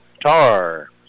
Tar